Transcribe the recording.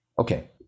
Okay